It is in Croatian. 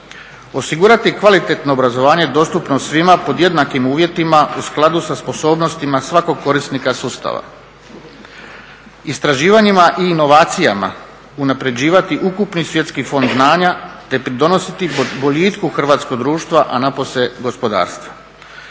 osigurati kvalitetno obrazovanje dostupno svima pod jednakim uvjetima u skladu sa sposobnostima svakog korisnika sustava; istraživanjima i inovacija unapređivati ukupni svjetski fond znanja te pridonositi boljitku hrvatskog društva, a napose gospodarstva.